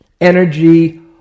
Energy